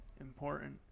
important